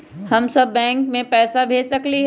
हम सब बैंक में पैसा भेज सकली ह?